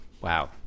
Wow